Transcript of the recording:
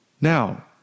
Now